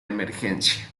emergencia